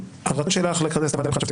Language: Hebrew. הרצון שלך לכנס את הוועדה לבחירת שופטים